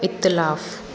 इख़्तिलाफ़ु